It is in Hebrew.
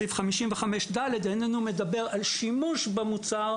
סעיף 55ד' איננו מדבר על שימוש במוצר,